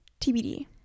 TBD